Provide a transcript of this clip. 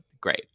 great